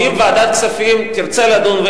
ואם ועדת כספים תרצה לדון,